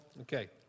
Okay